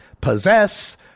possess